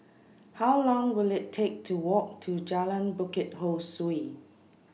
How Long Will IT Take to Walk to Jalan Bukit Ho Swee